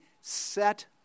set